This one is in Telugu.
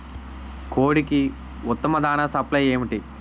కోడికి ఉత్తమ దాణ సప్లై ఏమిటి?